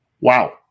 Wow